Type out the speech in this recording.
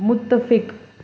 متفق